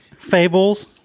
Fables